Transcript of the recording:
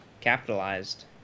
capitalized